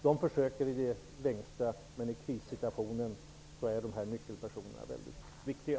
De försöker i det längsta, men i krissituationer är dessa nyckelpersoner väldigt viktiga.